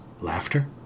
laughter